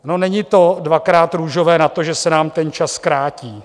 No není to dvakrát růžové na to, že se nám čas krátí.